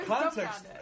Context